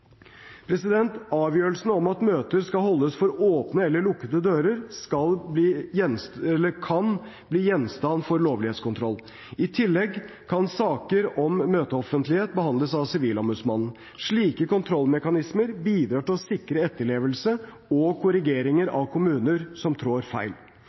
Avgjørelsen om at møter skal holdes for åpne eller lukkede dører, kan bli gjenstand for lovlighetskontroll. I tillegg kan saker om møteoffentlighet behandles av Sivilombudsmannen. Slike kontrollmekanismer bidrar til å sikre etterlevelse og korrigeringer av kommuner som trår feil.